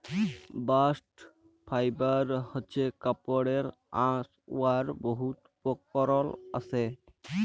bast fibre হছে কাপড়ের আঁশ উয়ার বহুত উপকরল আসে